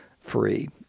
free